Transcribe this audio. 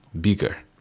bigger